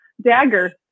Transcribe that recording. dagger